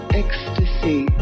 ecstasy